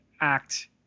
act